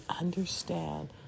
understand